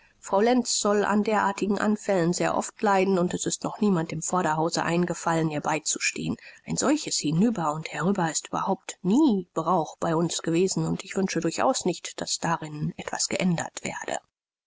soll an derartigen anfällen sehr oft leiden und es ist noch niemand im vorderhause eingefallen ihr beizustehen ein solches hinüber und herüber ist überhaupt nie brauch bei uns gewesen und ich wünsche durchaus nicht daß darin etwas geändert werde